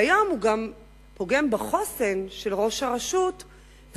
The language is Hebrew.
והיום הם גם פוגמים בחוסן של ראש הרשות ובתפיסה